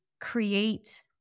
create